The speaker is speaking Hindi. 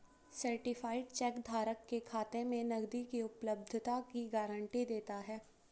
सर्टीफाइड चेक धारक के खाते में नकदी की उपलब्धता की गारंटी देता है